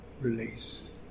release